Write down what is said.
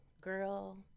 girl